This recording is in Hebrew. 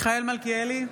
מיכאל מלכיאלי,